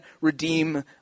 redeem